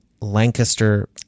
Lancaster